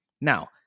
Now